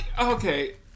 Okay